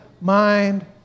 mind